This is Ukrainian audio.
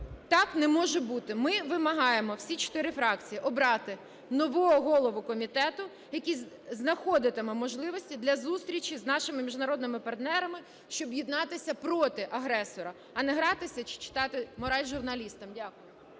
Так не може бути. Ми вимагаємо, всі чотири фракції, обрати нового голову комітету, який знаходитиме можливості для зустрічі з нашими міжнародними партнерами, щоб єднатися проти агресора, а не гратися чи читати мораль журналістам. Дякую.